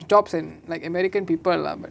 jobs and like american people lah but